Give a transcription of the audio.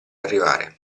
arrivare